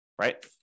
right